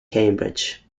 cambridge